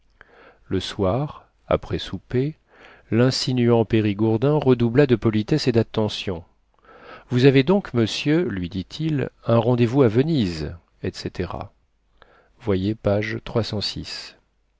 le soir après souper l'insinuant périgourdin redoubla de politesses et d'attentions vous avez donc monsieur lui dit-il un rendez-vous à venise etc voyez page